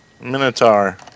Minotaur